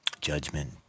judgment